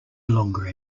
longer